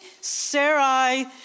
Sarai